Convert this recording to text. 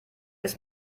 ist